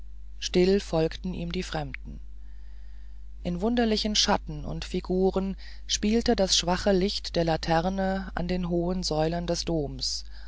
stille folgten ihm die fremden in wunderlichen schatten und figuren spielte das schwache licht der laterne an den hohen säulen des doms